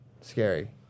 Scary